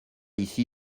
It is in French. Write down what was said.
ici